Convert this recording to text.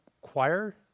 choir